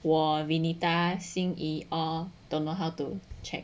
我 renita xin yi all don't know how to check